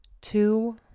Two